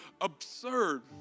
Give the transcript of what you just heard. absurd